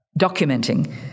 documenting